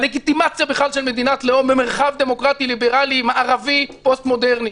הלגיטימציה בכלל של מדינת לאום במרחב דמוקרטי ליברלי מערבי פוסט-מודרני.